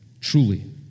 truly